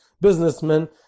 businessmen